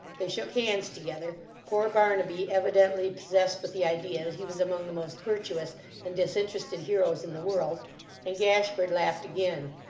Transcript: they shook hands together poor barnaby evidently possessed with the idea that he was among the most virtuous and disinterested heroes in the world and gashford laughed again.